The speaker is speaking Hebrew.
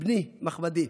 בני, מחמדי,